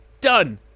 Done